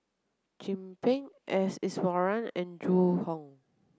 Chin Peng S Iswaran and Zhu Hong